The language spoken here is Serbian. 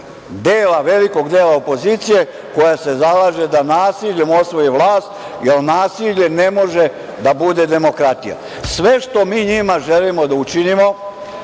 dela, velikog dela opozicije, koja se zalaže da nasiljem osvoji vlast, jer nasilje ne može da bude demokratija. Sve što mi njima želimo da učinimo